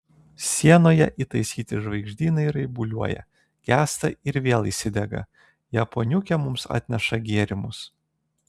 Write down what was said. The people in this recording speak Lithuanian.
sienoje įtaisyti žvaigždynai raibuliuoja gęsta ir vėl įsidega japoniukė mums atneša gėrimus